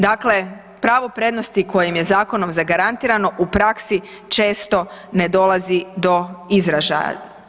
Dakle, pravo prednosti koje im je zakonom zagarantirano u praksi često ne dolazi do izražaja.